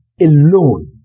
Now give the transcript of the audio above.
Alone